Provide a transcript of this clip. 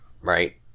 right